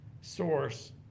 source